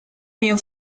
bien